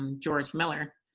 um george miller,